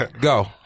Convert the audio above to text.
Go